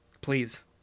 Please